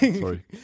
Sorry